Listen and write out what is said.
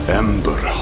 ember